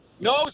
no